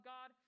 God